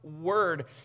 word